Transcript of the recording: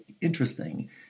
interesting